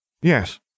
Yes